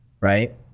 Right